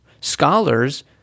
scholars